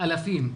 אלפים,